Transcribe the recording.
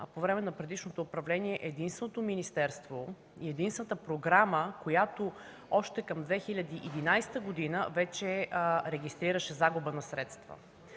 по време на предишното управление това беше единственото министерство и единствената програма, която още към 2011 г. вече регистрираше загуба на средства,